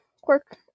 quirk